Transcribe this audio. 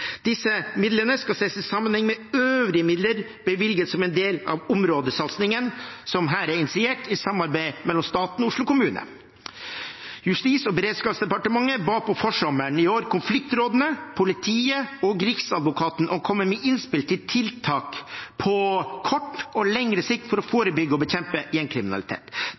Disse midlene skal ses i sammenheng med øvrige midler bevilget som en del av områdesatsingen som her er initiert i samarbeid mellom staten og Oslo kommune. Justis- og beredskapsdepartementet ba på forsommeren i år konfliktrådene, politiet og Riksadvokaten om å komme med innspill til tiltak på kort og lengre sikt for å forebygge og bekjempe gjengkriminalitet.